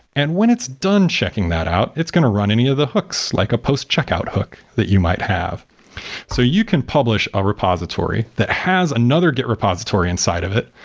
and when it's done checking that out, it's going to run any of the hooks like a post-checkout hook that you might have so you can publish a repository that has another git repository inside of it,